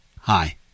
Hi